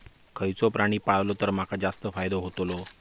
खयचो प्राणी पाळलो तर माका जास्त फायदो होतोलो?